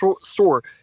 store